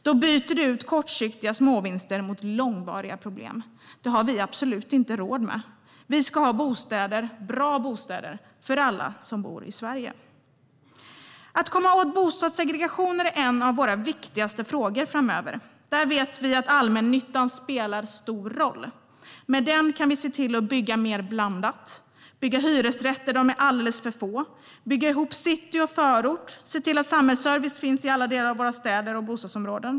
Då byter du ut kortsiktiga småvinster mot långvariga problem. Det har vi absolut inte råd med. Vi ska ha bra bostäder för alla som bor i Sverige. Att komma åt bostadssegregationen är en av våra viktigaste frågor framöver. Där vet vi att allmännyttan spelar stor roll. Med den kan vi se till att bygga mer blandat, bygga hyresrätter där de är alldeles för få, bygga ihop city och förort och se till att samhällsservice finns i alla delar av våra städer och bostadsområden.